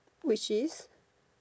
which is